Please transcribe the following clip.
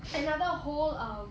another whole um